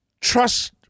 trust